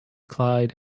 clyde